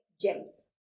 gems